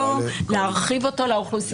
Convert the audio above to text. להרחיב אותה לאוכלוסיות החדשות.